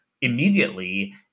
immediately